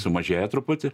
sumažėja truputį